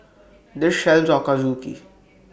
This sells Ochazuke